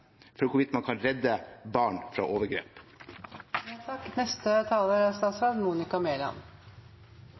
for hvorvidt man kan redde barn fra